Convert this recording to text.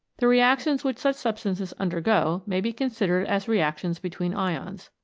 the reactions which such substances undergo may be considered as reactions between ions.